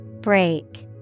Break